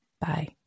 Bye